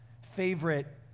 favorite